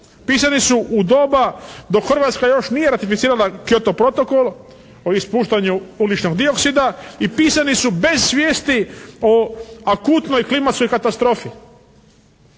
Pisani su u doba dok Hrvatska još nije ratificirala kyoto protokol o ispuštanju ugljičnog dioksida i pisani su bez svijesti o akutnoj klimatskoj katastrofi.